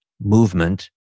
movement